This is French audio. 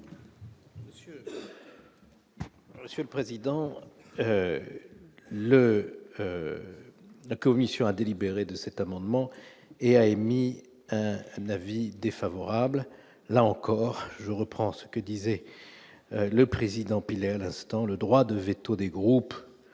Monsieur le président le la commission a délibéré de cet amendement et a émis un avis. Défavorable, là encore, je reprends ce que disait le président Pinel instant le droit de véto des groupes